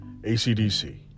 ACDC